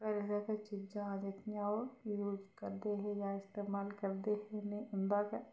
ते घरै दियां गै चीजां जेह्कियां ओह् यूज करदे हे जां इस्तमाल करदे हे उ'नें उंदा गै